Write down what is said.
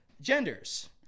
genders